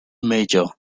major